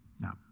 Now